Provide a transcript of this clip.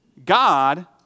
God